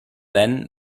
then